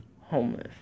homeless